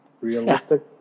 realistic